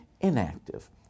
inactive